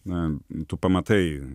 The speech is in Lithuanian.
na tu pamatai